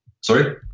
Sorry